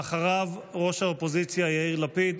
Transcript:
ואחריו ראש האופוזיציה יאיר לפיד.